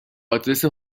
آدرس